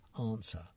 answer